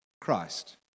Christ